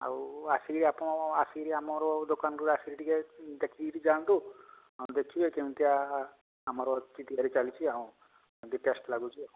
ଆଉ ଆସିକିରି ଆପଣ ଆସିକିରି ଆମର ଦୋକାନକୁ ଆସିକିରି ଟିକେ ଦେଖିକିରି ଯାଆନ୍ତୁ ଦେଖିବେ କେମିତିଆ ଆମର ଚାଲିଛି ଆଉ କେମିତି ଟେଷ୍ଟ୍ ଲାଗୁଛି ଆଉ